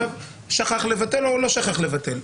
הוא שכח לבטל או לא שכח לבטל,